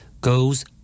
goes